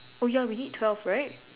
oh ya we need twelve right